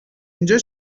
اینجا